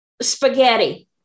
spaghetti